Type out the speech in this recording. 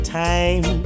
time